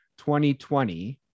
2020